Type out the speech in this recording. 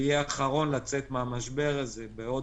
ויהיה האחרון לצאת מהמשבר הזה בעוד